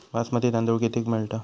बासमती तांदूळ कितीक मिळता?